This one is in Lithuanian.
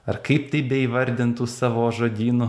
ar kaip tai beįvardintų savo žodynu